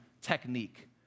technique